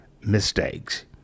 mistakes